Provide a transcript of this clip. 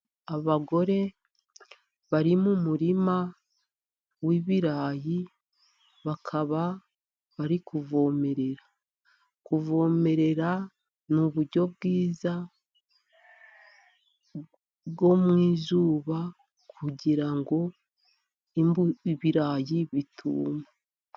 Abagore bari mu murima w'ibirayi, bakaba bari kuvomerera, kuvomerera ni uburyo bwiza bwo mu izuba, kugira ngo ibirayi bituma.